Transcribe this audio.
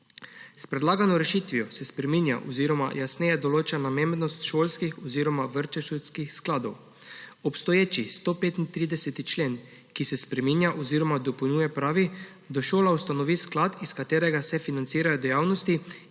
S predlagano rešitvijo se spreminja oziroma jasneje določa namembnost šolskih oziroma vrtčevskih skladov. Obstoječi 135. člena, ki se spreminja oziroma dopolnjuje, pravi, da šola ustanovi sklad, iz katerega se financirajo dejavnosti,